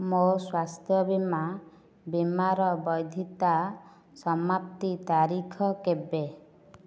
ମୋ ସ୍ଵାସ୍ଥ୍ୟ ବୀମା ବୀମାର ବୈଧତା ସମାପ୍ତି ତାରିଖ କେବେ